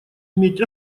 иметь